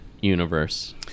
universe